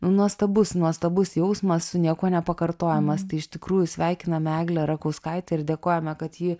nu nuostabus nuostabus jausmas su niekuo nepakartojamas tai iš tikrųjų sveikiname eglę rakauskaitę ir dėkojame kad ji